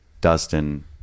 Dustin